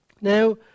Now